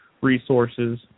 resources